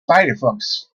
firefox